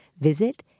visit